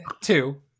two